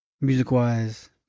music-wise